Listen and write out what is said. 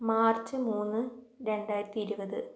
March മൂന്ന് രണ്ടായിരത്തി ഇരുപത്